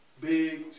Big